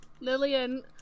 Lillian